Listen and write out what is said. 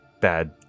bad